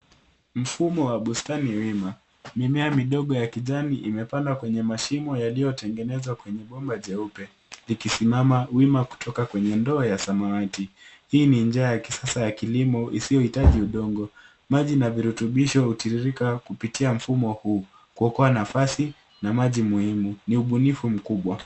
Mfumo wa bustani ni wa wima. Mimea midogo ya kisamaki imepandwa kwenye mashimo yaliyotengenezwa kwenye mabomba meupe. Nikisimama wima, yameunganishwa kwenye ndoo ya samaki. Hii ni njia kisasa ya kilimo isiyotumia udongo. Maji na virutubisho husafiri kupitia mfumo huu, kuhakikisha nafasi ndogo na matumizi bora ya maji. Ni ubunifu mkubwa.